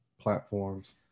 platforms